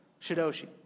shidoshi